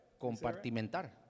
Compartimentar